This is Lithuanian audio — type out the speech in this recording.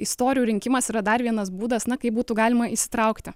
istorijų rinkimas yra dar vienas būdas na kaip būtų galima įsitraukti